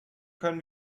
können